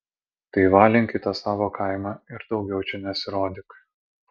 tai valink į tą savo kaimą ir daugiau čia nesirodyk